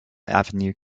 avenue